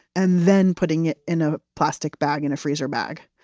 and then putting it in a plastic bag, in a freezer bag.